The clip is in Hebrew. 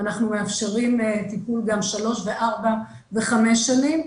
אנחנו מאפשרים טיפול גם שלוש וארבע וחמש שנים.